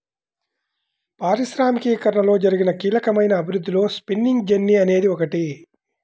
పారిశ్రామికీకరణలో జరిగిన కీలకమైన అభివృద్ధిలో స్పిన్నింగ్ జెన్నీ అనేది ఒకటి